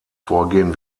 vorgehen